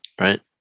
Right